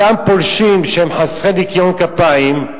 אותם פולשים שהם חסרי ניקיון כפיים,